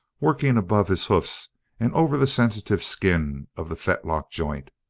working above his hoofs and over the sensitive skin of the fetlock joint.